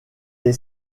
est